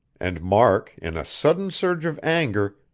and mark, in a sudden surge of anger,